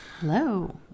Hello